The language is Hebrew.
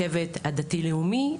השבט הדתי-לאומי,